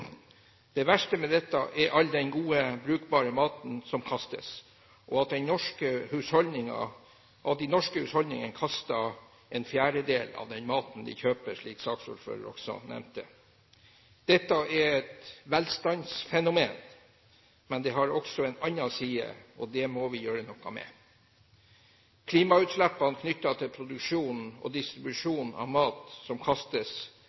Det verste med dette er all den godt brukbare maten som kastes, og at norske husholdninger kaster en fjerdedel av den maten de kjøper, slik saksordføreren også nevnte. Dette er et velstandsfenomen, men det har også en annen side, og det må vi gjøre noe med. Klimautslippene knyttet til produksjon og distribusjon av mat som kastes,